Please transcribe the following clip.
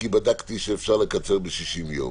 כי בדקתי שאפשר לקצר ב-60 יום.